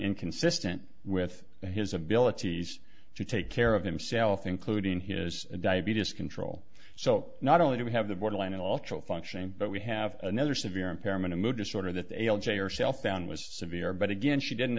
inconsistent with his abilities to take care of himself including his diabetes control so not only do we have the borderline and all choke functioning but we have another severe impairment a mood disorder that dale jr shelf down was severe but again she didn't